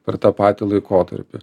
per tą patį laikotarpį